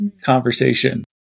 conversation